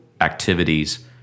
activities